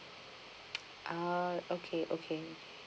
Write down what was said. ah okay okay